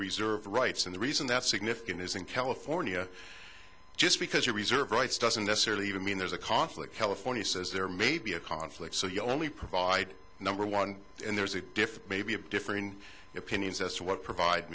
reserve rights and the reason that's significant is in california just because you reserve rights doesn't necessarily even mean there's a conflict california says there may be a conflict so you only provide number one and there's a different maybe of differing opinions as to what provide